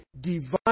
divine